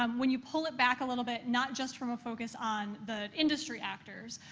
um when you pull it back a little bit, not just from a focus on the industry actors,